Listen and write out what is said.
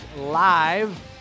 live